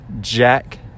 Jack